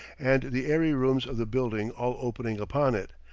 and the airy rooms of the building all opening upon it,